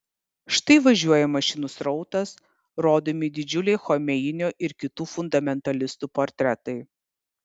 štai važiuoja mašinų srautas rodomi didžiuliai chomeinio ir kitų fundamentalistų portretai